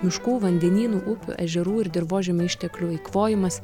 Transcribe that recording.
miškų vandenynų upių ežerų ir dirvožemio išteklių eikvojimas